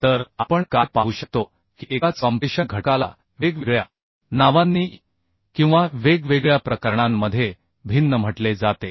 तर आपण काय पाहू शकतो की एकाच कॉम्प्रेशन घटकाला वेगवेगळ्या नावांनी किंवा वेगवेगळ्या प्रकरणांमध्ये भिन्न म्हटले जाते